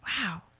Wow